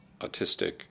autistic